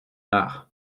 art